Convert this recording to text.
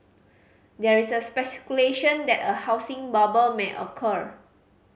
there is a speculation that a housing bubble may occur